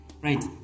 right